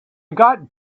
got